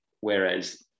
whereas